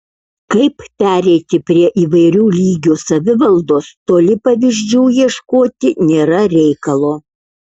kaip pereiti prie įvairių lygių savivaldos toli pavyzdžių ieškoti nėra reikalo